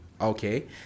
Okay